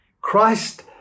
Christ